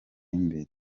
imbere